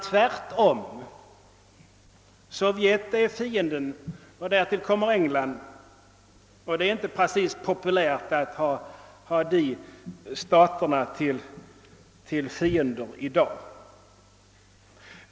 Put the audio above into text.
Tvärtom — Sovjet är fiende och därtill kommer England, och det är inte precis populärt att i dag ha dessa stater som fiender.